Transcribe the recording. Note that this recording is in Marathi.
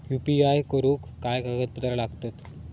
यू.पी.आय करुक काय कागदपत्रा लागतत?